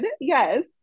yes